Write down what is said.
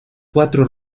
cuatro